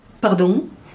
Pardon